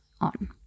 on